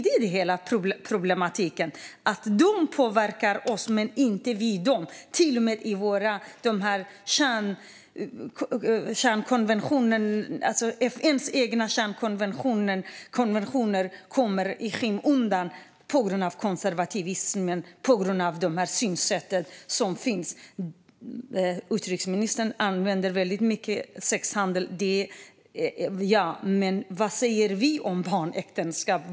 Det är detta som är problemet, att de påverkar oss men att vi inte påverkar dem. Till och med FN:s egna kärnkonventioner kommer i skymundan på grund av konservatism och på grund av de synsätt som finns. Utrikesministern talade mycket om sexhandel. Men vad säger vi om barnäktenskap?